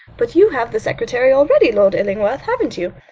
but you have the secretary already, lord illingworth, haven't you?